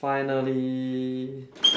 finally